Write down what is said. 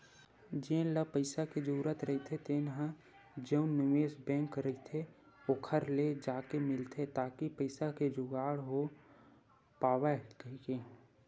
जेन ल पइसा के जरूरत रहिथे तेन ह जउन निवेस बेंक रहिथे ओखर ले जाके मिलथे ताकि पइसा के जुगाड़ हो पावय कहिके